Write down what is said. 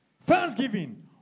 Thanksgiving